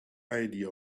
idea